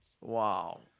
Wow